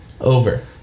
over